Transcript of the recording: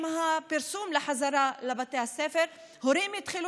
עם הפרסום על החזרה לבתי הספר הורים התחילו